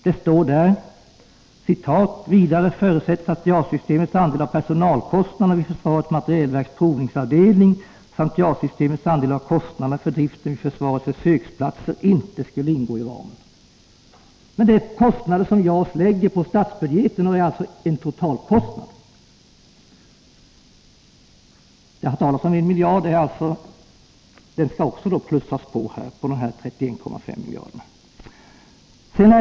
Det står: ”Vidare förutsattes att JAS-systemets andel av personalkostnaderna vid försvarets materielverks provningsavdelning, samt JAS-systemets andel av kostnaderna för driften vid försvarets försöksplatser inte skulle ingå i ramen.” Men detta är kostnader för JAS som belastar statsbudgeten, vilket innebär att de ingår i totalkostnaden. Det har talats om kostnader på 1 miljard, vilket alltså skall läggas till dessa 31,5 miljarder.